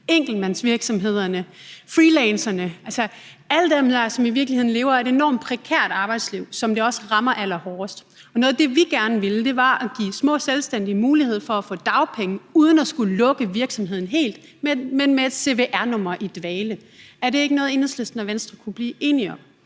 enkeltmandsvirksomhederne, freelancerne, altså alle dem, der sådan i virkeligheden lever et enormt prekært arbejdsliv, og som også rammes allerhårdest. Og noget af det, vi gerne ville, var at give små selvstændige mulighed for at få dagpenge, uden at de skulle lukke virksomheden helt, men med et cvr-nummer i dvale. Er det ikke noget, Enhedslisten og Venstre kunne blive enige om?